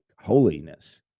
holiness